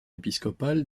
épiscopale